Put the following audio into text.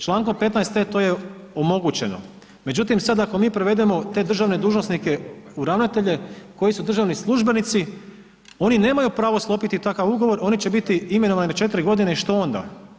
Člankom 15e. to je omogućeno, međutim sad prevedemo te državne dužnosnike u ravnatelje koji su državni službenici oni nemaju pravo sklopiti takav ugovor, oni će biti imenovani na 4 godine i što onda.